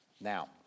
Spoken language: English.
now